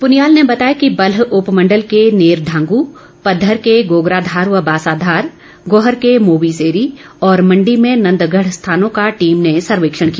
पुनियाल ने बताया कि बल्ह उपमंडल के नेर ढांग पधर के गोगराधार व बासाधार गोहर के मोवीसेरी और मंडी में नंदगढ स्थानों का टीम ने सर्वेक्षण किया